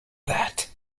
that